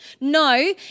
No